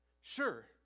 Sure